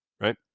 right